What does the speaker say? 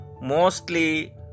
mostly